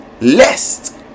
lest